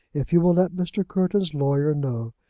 if you will let mr. courton's lawyer know,